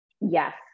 Yes